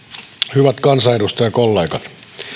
hyvät kansanedustajakollegat